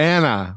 Anna